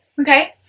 Okay